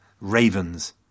Ravens